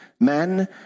men